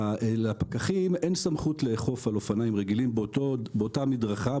לפקחים אין סמכות לאכוף על אופניים רגילים באותה מדרכה,